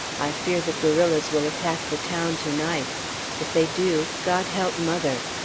i fear the guerrillas will attack the town to-night if they do, god help mother!